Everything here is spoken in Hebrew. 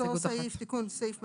2. אותו סעיף, תיקון סעיף מטרה: